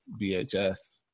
VHS